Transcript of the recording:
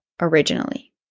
originally